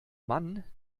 mann